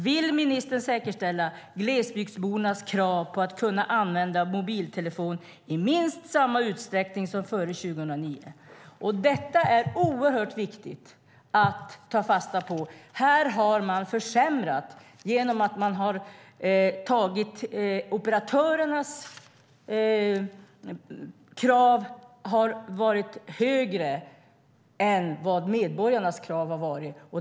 Vill ministern säkerställa glesbygdsbornas krav på att kunna använda mobiltelefon i minst samma utsträckning som före 2009? Detta är oerhört viktigt att ta fasta på. Här har man försämrat genom att operatörernas krav har varit högre än medborgarnas krav.